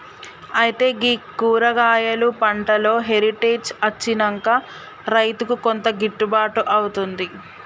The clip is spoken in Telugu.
అయితే గీ కూరగాయలు పంటలో హెరిటేజ్ అచ్చినంక రైతుకు కొంత గిట్టుబాటు అవుతుంది